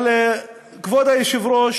כבוד היושב-ראש,